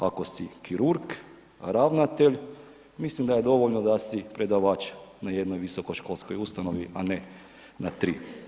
Ako si kirurg, ravnatelj mislim da je dovoljno da si predavač na jednoj visokoškolskoj ustanovi, a ne na tri.